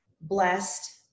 blessed